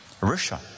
Russia